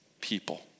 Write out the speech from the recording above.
people